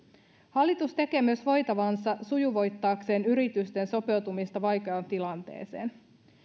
hallitus tekee myös voitavansa sujuvoittaakseen yritysten sopeutumista vaikeaan tilanteeseen